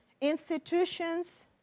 institutions